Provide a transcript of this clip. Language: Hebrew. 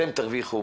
אתם תרוויחו,